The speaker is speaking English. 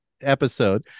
episode